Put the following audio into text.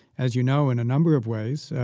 as you know, in a number of ways.